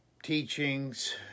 teachings